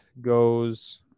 goes